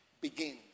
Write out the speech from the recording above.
begins